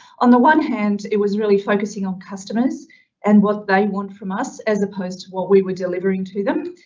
on the one hand, it was really focusing on customers and what they want from us as opposed to what we were delivering to them.